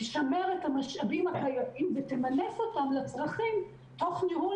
תשמר את המשאבים הקיימים ותמנף אותם לצרכים תוך ניהול